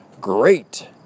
great